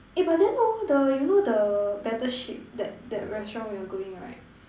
eh but then hor the you know the Battle Ship that that restaurant you're going right